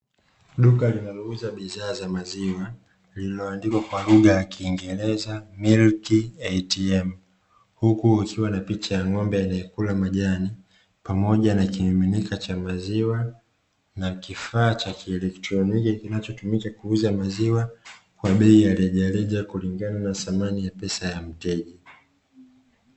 Duka linalouza bidhaa za maziwa lililoandikwa kwa lugha ya kingereza (milki ATM). Huku kukiwa na picha ya ng’ombe anayekula majani pamoja na kimiminika cha maziwa na kifaa cha kieletroniki, kinachotumika kuuza maziwa kwa bei ya rejareja kulingana na samani ya pesa ya mteja.